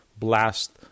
blast